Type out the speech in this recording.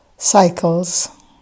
cycles